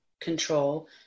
control